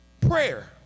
Prayer